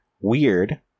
Weird